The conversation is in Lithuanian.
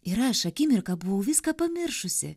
ir aš akimirką buvau viską pamiršusi